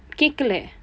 கேட்கவில்லை:keetkavillai